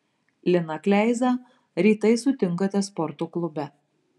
liną kleizą rytais sutinkate sporto klube